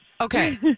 Okay